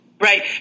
Right